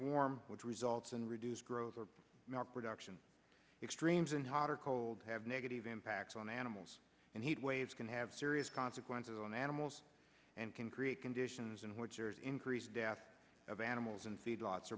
warm which results in reduced growth for milk production extremes in hot or cold have negative impacts on animals and heat waves can have serious consequences on animals and can create conditions in which there is increased death of animals in feedlots